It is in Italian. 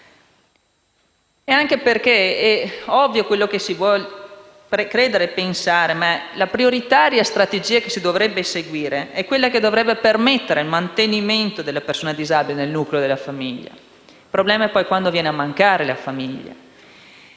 è lasciata fuori. È ovvio quello che si vuole credere e pensare, ma la prioritaria strategia che si dovrebbe seguire è quella che dovrebbe permettere il mantenimento delle persone disabili nel nucleo della famiglia. Il problema è poi quando viene a mancare la famiglia.